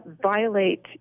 violate